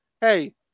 hey